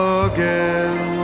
again